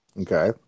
okay